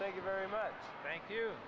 thank you very much thank you